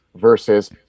versus